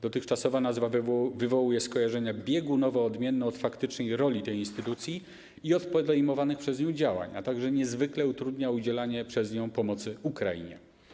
Dotychczasowa nazwa wywołuje skojarzenia biegunowo odmienne od faktycznej roli tej instytucji i od podejmowanych przez nią działań, a także niezwykle utrudnia udzielanie przez nią pomocy Ukrainie.